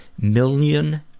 million